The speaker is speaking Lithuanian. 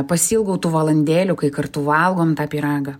pasiilgau tų valandėlių kai kartu valgom tą pyragą